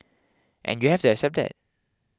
and you have to accept that